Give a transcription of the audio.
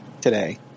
today